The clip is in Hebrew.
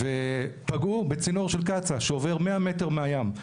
ופגעו בצינור של קצא"א שעובר 100 מטר מהים.